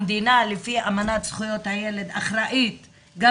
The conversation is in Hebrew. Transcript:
המדינה לפי אמנת זכויות הילד אחראית גם